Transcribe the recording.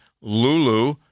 Lulu